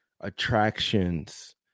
attractions